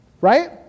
right